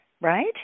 right